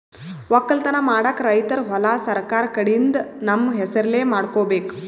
ವಕ್ಕಲತನ್ ಮಾಡಕ್ಕ್ ರೈತರ್ ಹೊಲಾ ಸರಕಾರ್ ಕಡೀನ್ದ್ ತಮ್ಮ್ ಹೆಸರಲೇ ಮಾಡ್ಕೋಬೇಕ್